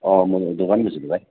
म त दोकानमै छु त भाइ